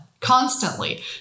constantly